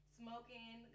smoking